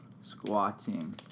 squatting